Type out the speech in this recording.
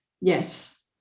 Yes